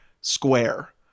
square